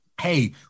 hey